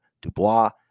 Dubois